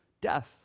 death